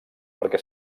perquè